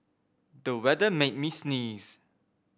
the weather made me sneeze